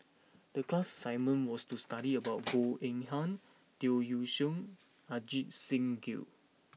the class assignment was to study about Goh Eng Han Tan Yeok Seong Ajit Singh Gill